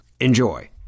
Enjoy